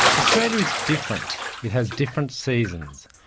australia is different. it has different seasons.